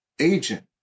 agent